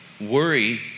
worry